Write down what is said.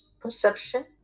perception